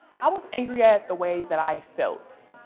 i was angry at the way that i felt.